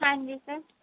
ਹਾਂਜੀ ਸਰ